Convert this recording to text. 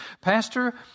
Pastor